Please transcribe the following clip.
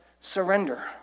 surrender